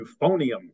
euphonium